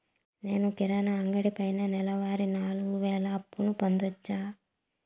నేను కిరాణా అంగడి పైన నెలవారి నాలుగు వేలు అప్పును పొందొచ్చా?